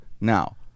now